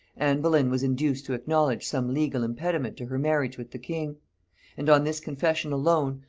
anne boleyn was induced to acknowledge some legal impediment to her marriage with the king and on this confession alone,